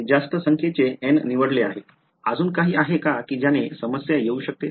मी जास्त संख्येचे N निवडले आहे अजून काही आहे कि ज्याने समस्या येऊ शकते